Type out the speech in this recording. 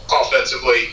offensively